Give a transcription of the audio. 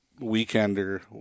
weekender